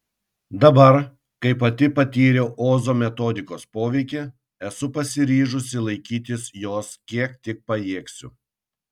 dabar kai pati patyriau ozo metodikos poveikį esu pasiryžusi laikytis jos kiek tik pajėgsiu